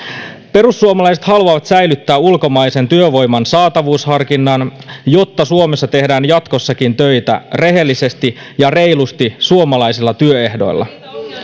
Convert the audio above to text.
perussuomalaiset haluavat säilyttää ulkomaisen työvoiman saatavuusharkinnan jotta suomessa tehdään jatkossakin töitä rehellisesti ja reilusti suomalaisilla työehdoilla